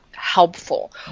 helpful